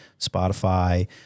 Spotify